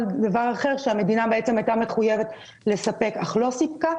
דבר אחר שהמדינה בעצם הייתה מחויבת לספק אך לא סיפקה,